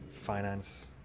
finance